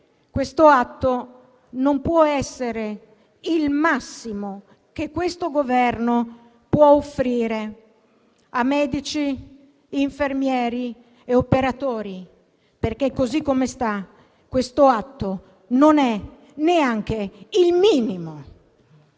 questo atto non può essere il massimo che l'attuale Governo può offrire a medici, infermieri e operatori, perché, così com'è, quest'atto non è neanche il minimo.